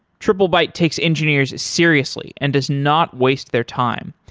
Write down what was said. triplebyte takes engineers seriously and does not waste their time.